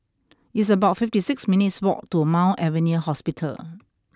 it's about fifty six minutes' walk to Mount Alvernia Hospital